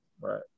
Right